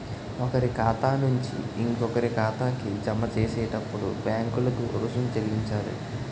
ఒకరి ఖాతా నుంచి ఇంకొకరి ఖాతాకి జమ చేసేటప్పుడు బ్యాంకులకు రుసుం చెల్లించాలి